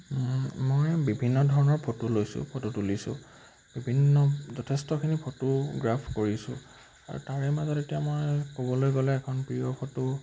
মই বিভিন্ন ধৰণৰ ফটো লৈছোঁ ফটো তুলিছোঁ বিভিন্ন যথেষ্টখিনি ফটোগ্ৰাফ কৰিছোঁ আৰু তাৰে মাজত এতিয়া মই ক'বলৈ গ'লে এখন প্ৰিয় ফটো